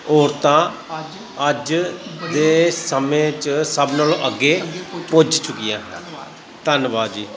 ਔਰਤਾਂ ਅੱਜ ਦੇ ਸਮੇਂ 'ਚ ਸਭ ਨਾਲੋਂ ਅੱਗੇ ਪੁੱਜ ਚੁੱਕੀਆ ਹਨ ਧੰਨਵਾਦ ਜੀ